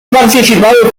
participado